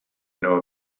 know